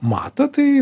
matą tai